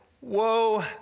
Whoa